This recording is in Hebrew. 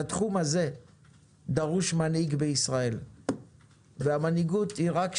לתחום הזה דרוש מנהיג בישראל והמנהיגות היא רק שלך,